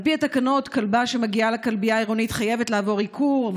על פי התקנות כלבה שמגיע לכלבייה העירונית חייבת לעבור עיקור,